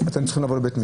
אתם רוצים לבקש